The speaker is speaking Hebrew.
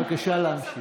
בבקשה, להמשיך.